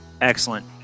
Excellent